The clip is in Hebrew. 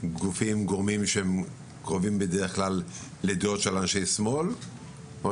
גורמים שהם קרובים בדרך כלל לדעות של אנשי שמאל או